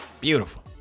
beautiful